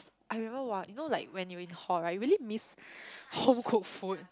I remember !wah! you know like when you in hall right you really miss home cook food